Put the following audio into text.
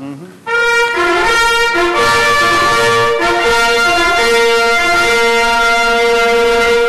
(חברי הכנסת מכבדים בקימה את צאת נשיא המדינה,